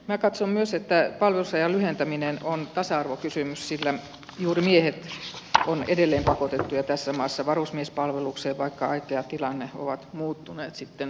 minä katson myös että palvelusajan lyhentäminen on tasa arvokysymys sillä juuri miehet ovat edelleen pakotettuja tässä maassa varusmiespalvelukseen vaikka aika ja tilanne ovat muuttuneet sitten viime sotien